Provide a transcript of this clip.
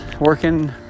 working